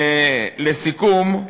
לסיכום,